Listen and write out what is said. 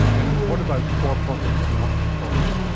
and what about for-profit and not-for-profit?